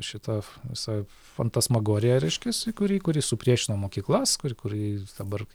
šito visa fantasmagorija reiškiasi kuri kuri supriešina mokyklas kuri kuri dabar